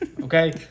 okay